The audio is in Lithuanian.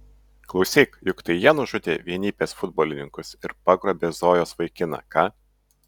klausyk juk tai jie nužudė vienybės futbolininkus ir pagrobė zojos vaikiną ką